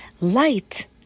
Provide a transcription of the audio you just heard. Light